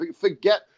forget